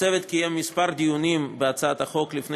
הצוות קיים כמה דיונים בהצעת החוק לפני